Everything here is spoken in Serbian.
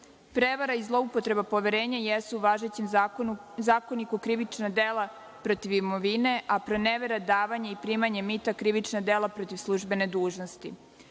praksa. Prevara i zloupotreba poverenja jesu u važećem zakoniku krivična dela protiv imovine, a pronevera, davanje i primanje mita, krivična dela protiv službene dužnosti.